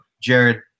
jared